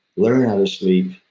learn how to sleep.